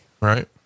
right